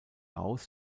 aus